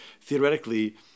theoretically